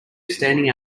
standing